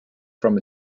from